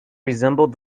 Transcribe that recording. resembled